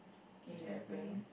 eleven